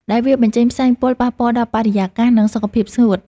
ដែលវាបញ្ចេញផ្សែងពុលប៉ះពាល់ដល់បរិយាកាស និងសុខភាពសួត។